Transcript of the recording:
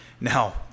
Now